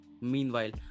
Meanwhile